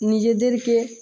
নিজেদেরকে